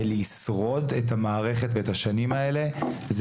שלשרוד את המערכת ואת השנים האלה זה